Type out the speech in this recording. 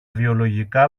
βιολογικά